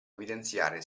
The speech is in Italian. evidenziare